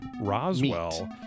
Roswell